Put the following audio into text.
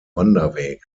wanderweg